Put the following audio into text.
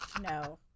No